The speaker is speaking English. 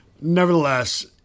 nevertheless